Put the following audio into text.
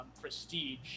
prestige